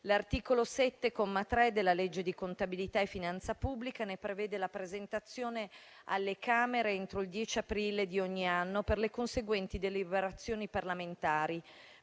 L'articolo 7, comma 3, della legge di contabilità e finanza pubblica ne prevede la presentazione alle Camere entro il 10 aprile di ogni anno per le conseguenti deliberazioni parlamentari,